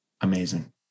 amazing